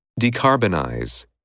DECARBONIZE